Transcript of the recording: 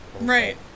Right